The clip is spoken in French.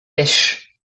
pêches